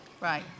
Right